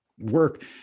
work